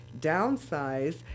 downsize